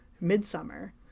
Midsummer